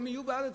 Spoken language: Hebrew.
יהיו בעד זה.